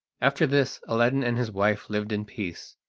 after this aladdin and his wife lived in peace.